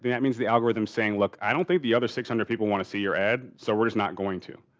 that means the algorithm saying look, i don't think the other six hundred people want to see your ad, so, we're just not going to.